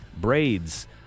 Braids